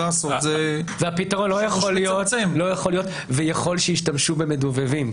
הפתרון לא יכול להיות ויכול שישתמשו במדובבים.